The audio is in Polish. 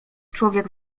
człowiek